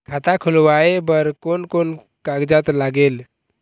खाता खुलवाय बर कोन कोन कागजात लागेल?